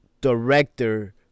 director